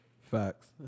Facts